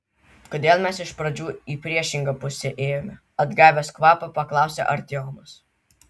kodėl mes iš pradžių į priešingą pusę ėjome atgavęs kvapą paklausė artiomas